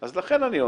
לכן אני אומר,